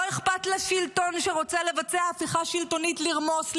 לא אכפת לשלטון שרוצה לבצע הפיכה שלטונית לרמוס,